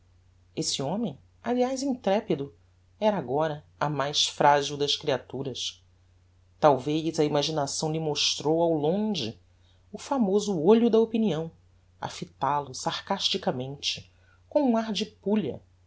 esse homem aliás intrepido era agora a mais fragil das creaturas talvez a imaginação lhe mostrou ao longe o famoso olho da opinião a fital o sarcasticamente com um ar de pulha